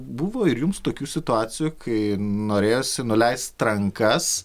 buvo ir jums tokių situacijų kai norėjosi nuleist rankas